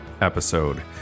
episode